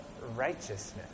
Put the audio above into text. righteousness